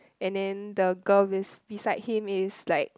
and then the girl bes~ beside him is like